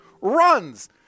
runs